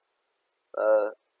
uh